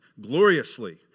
gloriously